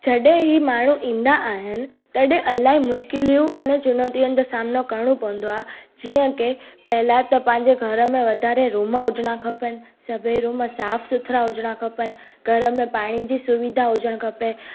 जॾहिं ही माण्हू ईंदा आहिनि तॾहिं इलाही मुश्किलियूं अने चुनौतियुनि जो सामनो करिणो पवंदो आहे जीअं की पहेला त पंहिंजे घर में वधारे रूम हुजिणा खपनि सभेई रूम साफ़ु सुथिरा हुजिणा खपनि घर में पाणी जी सुविधा हुजणु खपे